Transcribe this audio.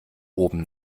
oben